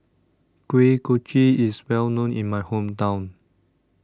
Kuih Kochi IS Well known in My Hometown